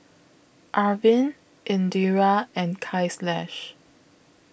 Arvind Indira and Kailash